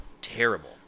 terrible